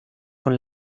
con